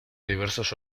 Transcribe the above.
diversos